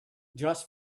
just